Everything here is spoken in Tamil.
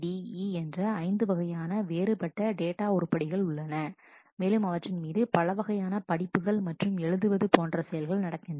E என்ற ஐந்து வகையான வேறுபட்ட டேட்டா உருப்படிகள் உள்ளன மேலும் அவற்றின் மீது பல வகையான படிப்புகள் மற்றும் எழுதுவது போன்ற செயல்கள் நடக்கின்றன